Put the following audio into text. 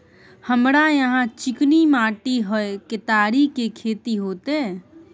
हमरा यहाँ चिकनी माटी हय केतारी के खेती होते?